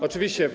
Oczywiście.